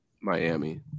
Miami